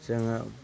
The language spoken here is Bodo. जोङो